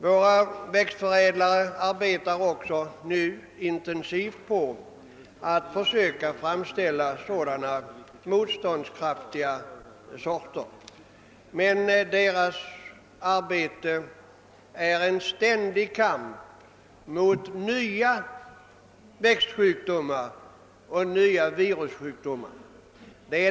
Våra växtförädlare arbetar också nu intensivt på att försöka framställa sådana motståndskraftiga sorter, men deras arbete är en ständig kamp mot nya växtsjukdomar, förorsakade inte minst av nya virus.